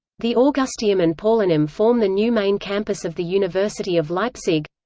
the augusteum and paulinum form the new main campus of the university of leipzig.